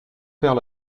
perds